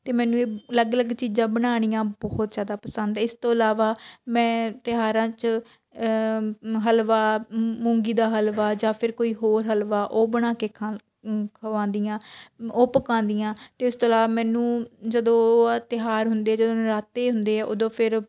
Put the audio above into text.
ਅਤੇ ਮੈਨੂੰ ਇਹ ਅਲੱਗ ਅਲੱਗ ਚੀਜ਼ਾਂ ਬਣਾਉਣੀਆਂ ਬਹੁਤ ਜ਼ਿਆਦਾ ਪਸੰਦ ਹੈ ਇਸ ਤੋਂ ਇਲਾਵਾ ਮੈਂ ਤਿਉਹਾਰਾਂ 'ਚ ਹਲਵਾ ਮੂੰਗੀ ਦਾ ਹਲਵਾ ਜਾਂ ਫਿਰ ਕੋਈ ਹੋਰ ਹਲਵਾ ਉਹ ਬਣਾ ਕੇ ਖਾ ਖਵਾਉਂਦੀ ਹਾਂ ਉਹ ਪਕਾਉਂਦੀ ਹਾਂ ਅਤੇ ਇਸ ਤੋਂ ਇਲਾਵਾ ਮੈਨੂੰ ਜਦੋਂ ਤਿਉਹਾਰ ਹੁੰਦੇ ਜਦੋਂ ਨਰਾਤੇ ਹੁੰਦੇ ਆ ਉਦੋਂ ਫਿਰ